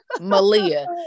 Malia